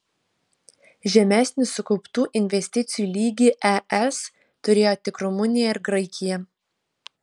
žemesnį sukauptų investicijų lygį es turėjo tik rumunija ir graikija